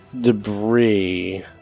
debris